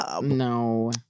No